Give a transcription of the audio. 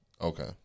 Okay